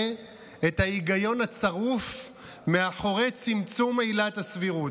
את ההיגיון הצרוף מאחורי צמצום עילת הסבירות.